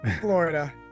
Florida